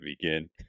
begin